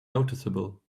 noticeable